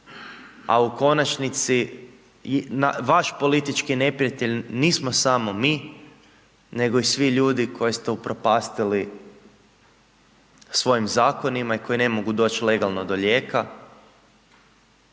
a u konačnici, vaš politički neprijatelj nismo samo mi nego i svi ljudi koje ste upropastili svojim zakonima i koji ne mogu doći legalno do lijeka,